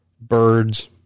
birds